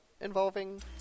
Involving